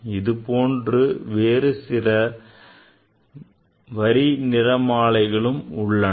இது போன்ற வேறு சில நிறமாலை வரிகளும் உள்ளன